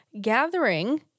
gathering